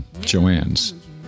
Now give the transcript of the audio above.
Joanne's